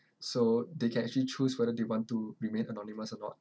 so they can actually choose whether they want to remain anonymous or not